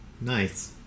Nice